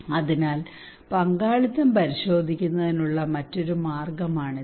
അതിനാൽ പങ്കാളിത്തം പരിശോധിക്കുന്നതിനുള്ള മറ്റൊരു മാർഗമാണിത്